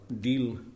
deal